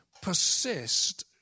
persist